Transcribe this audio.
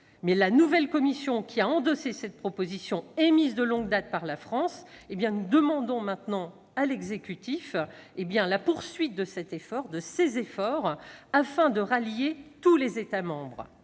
: la nouvelle Commission a repris cette proposition, émise de longue date par la France. Nous demandons à l'exécutif de poursuivre ses efforts, afin de rallier tous les États membres.